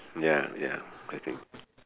ya ya I think